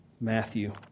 Matthew